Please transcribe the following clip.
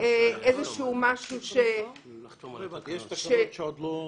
איזשהו משהו --- לא הבנתי, יש תקנות שעוד לא?